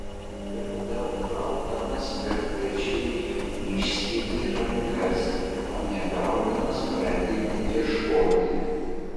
per daug gaudamas per plačiai išsketi rankas o negaudamas pradedi ieškoti